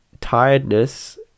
tiredness